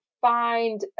Find